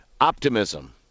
optimism